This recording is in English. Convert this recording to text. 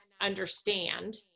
understand